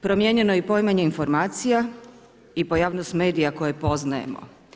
Promijenjeno je i poimanje informacija i pojavnost medija koje poznajemo.